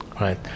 right